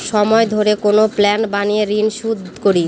সময় ধরে কোনো প্ল্যান বানিয়ে ঋন শুধ করি